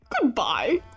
Goodbye